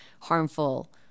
harmful